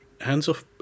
hands-off